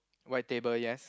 white table yes